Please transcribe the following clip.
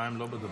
המים לא בדבשת,